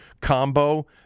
combo